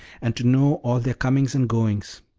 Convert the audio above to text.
and to know all their comings and goings.